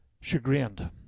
chagrined